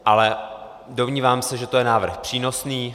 Ale domnívám se, že to je návrh přínosný.